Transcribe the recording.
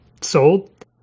sold